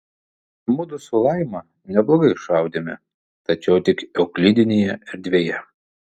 mudu su laima neblogai šaudėme tačiau tik euklidinėje erdvėje